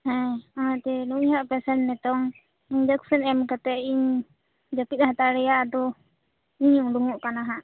ᱦᱮᱸ ᱦᱮᱸ ᱴᱷᱤᱠ ᱜᱮᱭᱟ ᱱᱩᱭ ᱦᱟᱸᱜ ᱯᱮᱥᱮᱱᱴ ᱱᱤᱛᱳᱜ ᱤᱧᱡᱮᱠᱥᱚᱱ ᱮᱢ ᱠᱟᱛᱮᱫ ᱤᱧ ᱡᱟᱯᱤᱫ ᱦᱟᱛᱟᱲᱮᱭᱟ ᱟᱫᱚ ᱤᱧ ᱩᱰᱩᱠᱚᱜ ᱠᱟᱱᱟ ᱦᱟᱸᱜ